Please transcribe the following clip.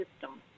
system